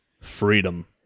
Freedom